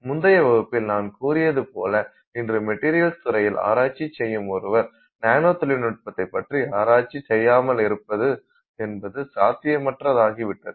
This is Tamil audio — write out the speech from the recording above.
முந்தைய வகுப்பில் நான் கூறியது போல இன்று மெட்டீரியல்ஸ் துறையில் ஆராய்ச்சி செய்யும் ஒருவர் நானோ தொழில்நுட்பத்தை பற்றி ஆராய்ச்சி செய்யாமலிருப்பது என்பது சாத்தியமற்றதாகிவிட்டது